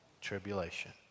tribulation